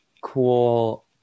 cool